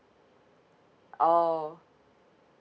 oh